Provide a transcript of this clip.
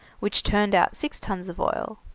which turned out six tuns of oil.